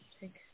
take